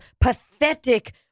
pathetic